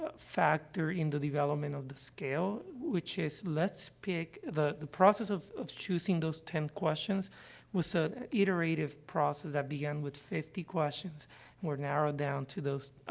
ah factor in the development of the scale, which is, let's pick the the process of of choosing those ten questions was an iterative process that began with fifty questions and were narrowed down to those, ah,